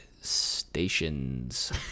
stations